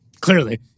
Clearly